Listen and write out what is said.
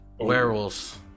Werewolves